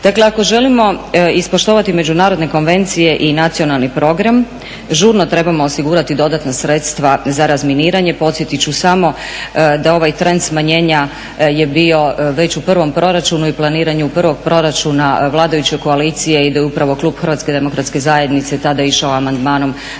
Dakle, ako želimo ispoštovati međunarodne konvencije i nacionalni program žurno treba osigurati dodatna sredstva za razminiranje. Podsjetit ću samo da ovaj trend smanjenja je bio već u prvom proračunu i planiranju prvog proračuna vladajuće koalicije. I da je upravo klub HDZ-a tada išao amandmanom